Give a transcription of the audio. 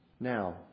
Now